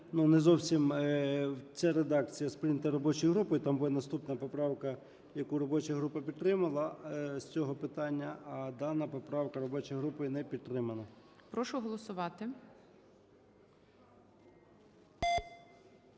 не зовсім ця редакція сприйнята робочою групою. Там буде наступна поправка, яку робоча група підтримала, з цього питання. А дана поправка робочою групою не підтримана.